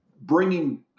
bringing